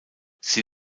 sie